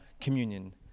communion